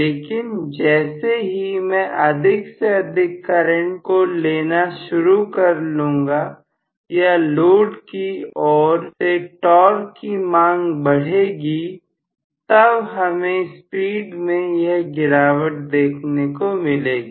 लेकिन जैसे ही मैं अधिक से अधिक करंट को लेना शुरू कर लूंगा या लोड की ओर से टॉर्क की मांग बढ़ेगी तब हमें स्पीड में यह गिरावट देखने को मिलेगी